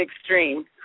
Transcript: extreme